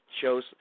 shows